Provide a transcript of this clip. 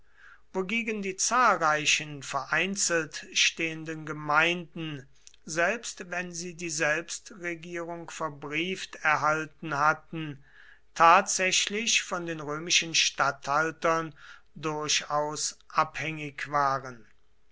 wogegen die zahlreichen vereinzelt stehenden gemeinden selbst wenn sie die selbstregierung verbrieft erhalten hatten tatsächlich von den römischen statthaltern durchaus abhängig waren